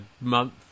month